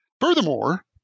Furthermore